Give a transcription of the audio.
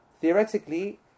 Theoretically